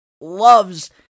loves